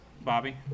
bobby